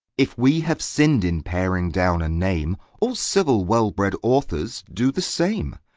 if we have sinn'd in paring down a name, all civil, well-bred authors do the same.